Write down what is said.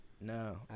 No